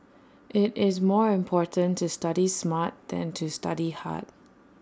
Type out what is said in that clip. IT is more important to study smart than to study hard